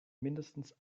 mindestens